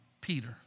Peter